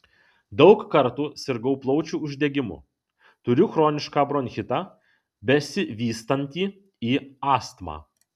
daug kartų sirgau plaučių uždegimu turiu chronišką bronchitą besivystantį į astmą